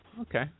Okay